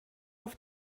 auf